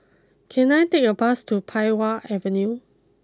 can I take a bus to Pei Wah Avenue